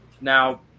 Now